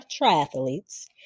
triathletes